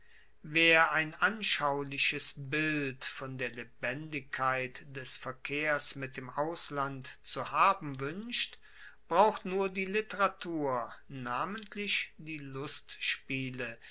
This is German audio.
wer ein anschauliches bild von der lebendigkeit des verkehrs mit dem ausland zu haben wuenscht braucht nur die literatur namentlich die lustspiele